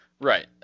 Right